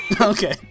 Okay